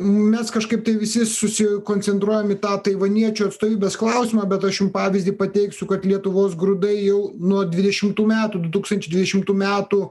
mes kažkaip tai visi susikoncentruojam į tą taivaniečių atstovybės klausimą bet aš jum pavyzdį pateiksiu kad lietuvos grūdai jau nuo dvidešimtų metų du tūkstančiai dvidešimtų metų